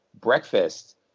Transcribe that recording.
breakfast